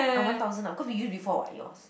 uh one thousand ah cause we use before [what] yours